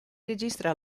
registra